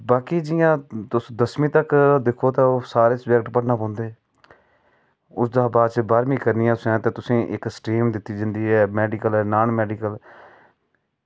बाकी जि'यां तुस दसमीं तक्क दिक्खो तां ओह् सारे सब्जैक्ट पढ़ना पौंदे उसदे बाद बारहमीं करनी असें ते तुसें ई इक्क स्ट्रीम दित्ती जंदी ऐ मेडिकल नॉन मेडिकल